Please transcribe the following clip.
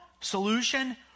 solution